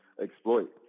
exploit